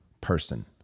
person